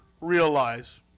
realize